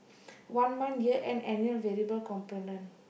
one month year end annual variable component